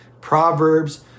Proverbs